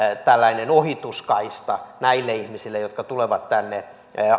tällainen ohituskaista näille ihmisille jotka tulevat tänne